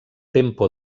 tempo